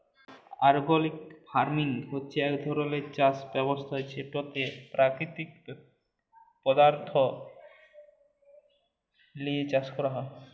organic farming হছে ইক ধরলের চাষ ব্যবস্থা যেটতে পাকিতিক পদাথ্থ লিঁয়ে চাষ ক্যরা হ্যয়